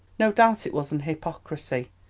no doubt it was an hypocrisy,